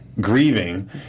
Grieving